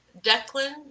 Declan